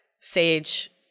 Sage